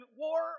war